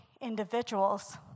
individuals